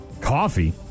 coffee